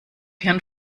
hirn